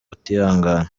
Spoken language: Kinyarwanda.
utihangana